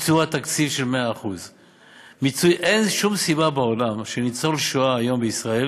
ביצוע תקציב של 100%. אין שום סיבה בעולם שניצול שואה היום בישראל